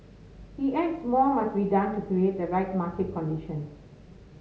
he adds more must be done to create the right market conditions